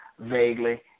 Vaguely